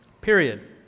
Period